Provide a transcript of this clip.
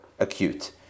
acute